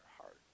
heart